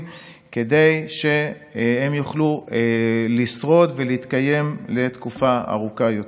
כדי שהם יוכלו לשרוד ולהתקיים תקופה ארוכה יותר.